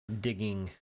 digging